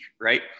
right